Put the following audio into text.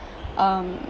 um